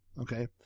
Okay